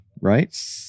right